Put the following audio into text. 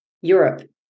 Europe